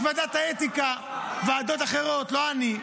זו ועדת האתיקה, ועדות אחרות, לא אני.